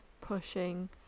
pushing